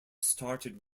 started